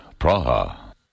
Praha